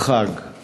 החג נפקד.